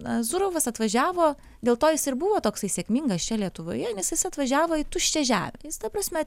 na zurofas atvažiavo dėl to jis ir buvo toksai sėkmingas čia lietuvoje nes jis atvažiavo į tuščią žemę jis ta prasme